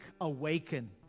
awaken